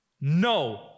No